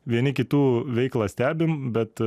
vieni kitų veiklą stebim bet